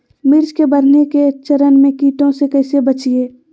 मिर्च के बढ़ने के चरण में कीटों से कैसे बचये?